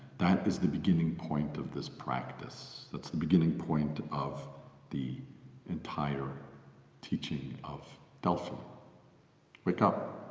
that is the beginning point of this practice. that's the beginning point of the entire teaching of delphi wake up,